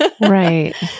Right